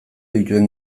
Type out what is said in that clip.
dituen